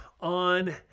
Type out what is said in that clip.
on